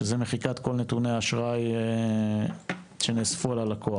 שזה מחיקת כל נתוני האשראי שנאספו על הלקוח.